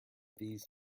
these